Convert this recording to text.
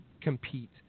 compete